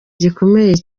gikomeye